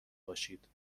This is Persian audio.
باشید